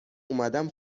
اومدم